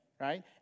right